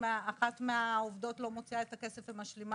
אחת מהעובדות לא מוציאה את הכסף ומשלימה